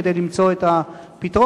כדי למצוא את הפתרון.